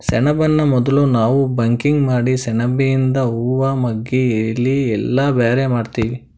ಸೆಣಬನ್ನ ಮೊದುಲ್ ನಾವ್ ಬಕಿಂಗ್ ಮಾಡಿ ಸೆಣಬಿಯಿಂದು ಹೂವಾ ಮಗ್ಗಿ ಎಲಿ ಎಲ್ಲಾ ಬ್ಯಾರೆ ಮಾಡ್ತೀವಿ